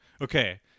okay